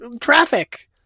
traffic